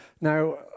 Now